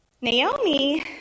Naomi